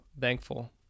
thankful